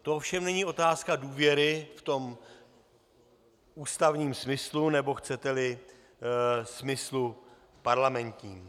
To ovšem není otázka důvěry v tom ústavním smyslu, nebo chceteli, smyslu parlamentním.